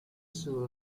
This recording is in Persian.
سور